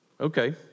Okay